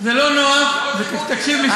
זה לא נוח, תקשיב לי, שנייה.